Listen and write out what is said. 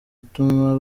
ituma